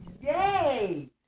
Yay